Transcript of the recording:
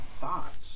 thoughts